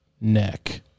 neck